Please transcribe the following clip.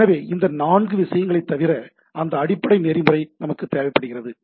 எனவே இந்த நான்கு விஷயங்களைத் தவிர அந்த அடிப்படை நெறிமுறை நமக்கு தேவைப்படுகிறது